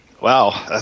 Wow